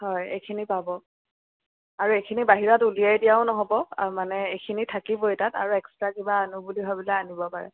হয় এইখিনি পাব আৰু এইখিনি বাহিৰত উলিয়াই দিয়াও নহ'ব আৰু মানে এইখিনি থাকিবই তাত আৰু এক্সট্ৰা কিবা আনো বুলি ভাবিলে তাত আনিব পাৰে